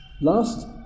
Last